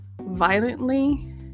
violently